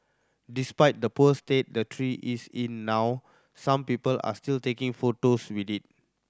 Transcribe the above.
despite the poor state the tree is in now some people are still taking photos with it